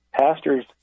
Pastors